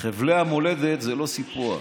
חבלי המולדת זה לא סיפוח.